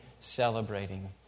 celebrating